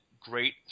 great